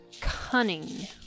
cunning